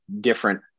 different